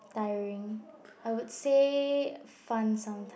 tiring I would say fun sometime